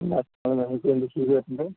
ആ നിങ്ങൾക്കെന്താണ് ചെയ്ത് തരേണ്ടത്